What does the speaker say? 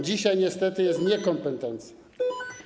Dzisiaj niestety jest niekompetencja.